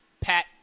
Pat